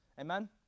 Amen